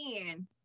again